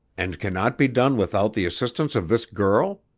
and cannot be done without the assistance of this girl?